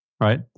Right